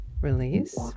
release